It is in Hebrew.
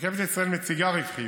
רכבת ישראל מציגה רווחיות.